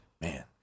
Man